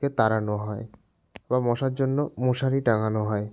কে তাড়ানো হয় বা মশার জন্য মশারি টাঙানো হয়